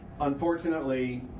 Unfortunately